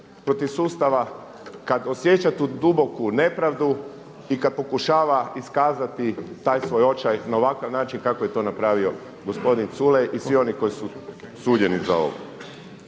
protiv sustava, kada osjeća tu duboku nepravdu i kada pokušava iskazati taj svoj očaj na ovakav način kako je to napravio gospodin Culej i svi oni koji su suđeni za ovo.